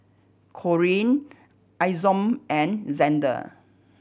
Corrine Isom and Xander